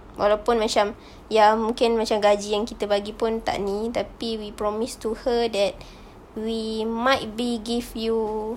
walaupun macam yang mungkin macam gaji yang kita bagi pun tak ini tapi we promise to her that we might be give you